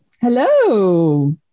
Hello